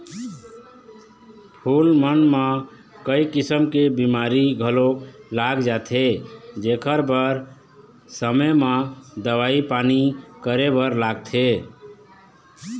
फूल मन म कइ किसम के बेमारी घलोक लाग जाथे जेखर बर समे म दवई पानी करे बर लागथे